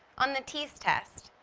on the teas test,